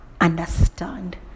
understand